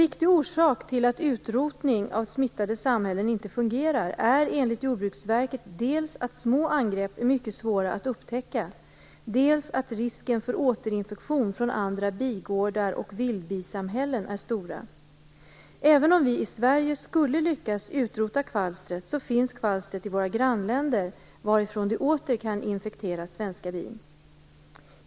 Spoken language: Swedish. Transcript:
Viktiga orsaker till att utrotning av smittade samhällen inte fungerar är enligt Jordbruksverket dels att små angrepp är mycket svåra att upptäcka, dels att risken för återinfektion från andra bigårdar och vildbisamhällen är stor. Även om vi i Sverige skulle lyckas utrota kvalstret finns det i våra grannländer, varifrån det åter kan infektera svenska bin.